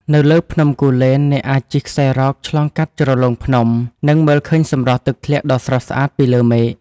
នៅលើភ្នំគូលែន អ្នកអាចជិះខ្សែរ៉កឆ្លងកាត់ជ្រលងភ្នំ និងមើលឃើញសម្រស់ទឹកធ្លាក់ដ៏ស្រស់ស្អាតពីលើមេឃ។